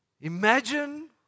Imagine